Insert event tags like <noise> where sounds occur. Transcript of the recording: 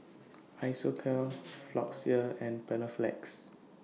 Isocal <noise> Floxia and Panaflex